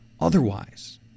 otherwise